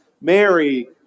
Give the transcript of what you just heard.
Mary